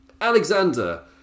Alexander